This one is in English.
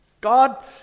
God